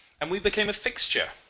and we became a fixture,